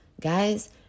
Guys